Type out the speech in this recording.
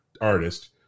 artist